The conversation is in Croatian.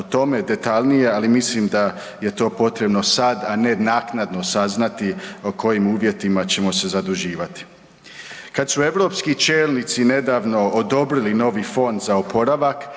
o tome detaljnije, ali mislim da je to potrebno sad, a ne naknadno saznati po kojim uvjetima ćemo se zaduživati. Kada su europski čelnici nedavno odobrili novi fond za oporavak